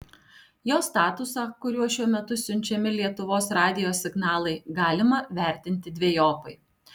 jo statusą kuriuo šiuo metu siunčiami lietuvos radijo signalai galima vertinti dvejopai